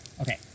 Okay